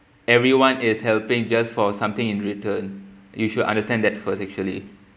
everyone is helping just for something in return you should understand that first actually